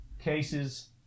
cases